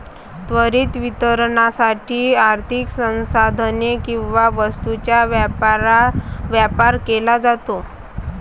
त्वरित वितरणासाठी आर्थिक संसाधने किंवा वस्तूंचा व्यापार केला जातो